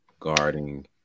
guarding